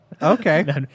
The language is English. Okay